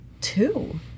two